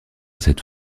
cette